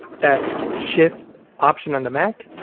that's shift option on the mac,